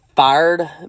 Fired